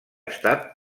estat